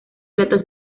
plata